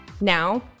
Now